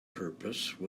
purpose